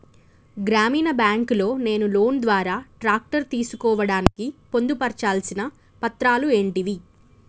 గ్రామీణ బ్యాంక్ లో నేను లోన్ ద్వారా ట్రాక్టర్ తీసుకోవడానికి పొందు పర్చాల్సిన పత్రాలు ఏంటివి?